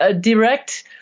direct